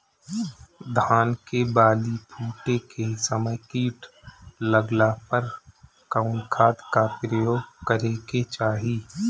धान के बाली फूटे के समय कीट लागला पर कउन खाद क प्रयोग करे के चाही?